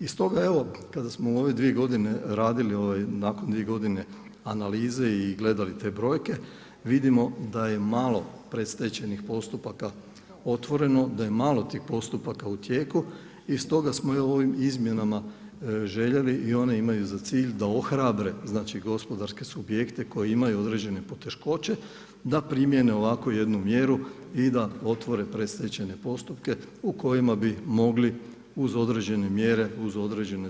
I stoga, evo, kada smo u ove 2 godine radili, nakon 2 godine analize i gledali te brojke, vidimo da je malo predstečajnih otvoreno, da je malo tih postupaka u tijeku i stoga smo ovim izmjenama željeli i one imaju za cilj da ohrabre znači gospodarske subjekte koje imaju određene poteškoće, da primjene ovakvu jednu mjeru i da otvore predstečajne postupke u kojima bi mogli uz određene mjere, uz određene